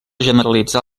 generalitzar